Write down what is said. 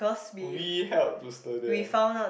we help to stir them